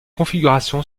configuration